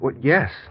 yes